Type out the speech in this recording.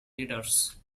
leaders